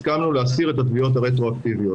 הסכמנו להסיר את התביעות הרטרואקטיביות.